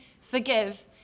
forgive